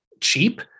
cheap